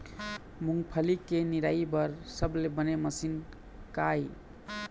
मूंगफली के निराई बर सबले बने मशीन का ये?